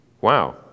Wow